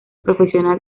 profesional